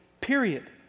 period